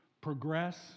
progress